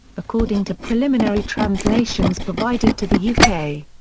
according to preliminary translations provided to the u k.